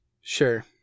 sure